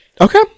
okay